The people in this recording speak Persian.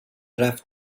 رفت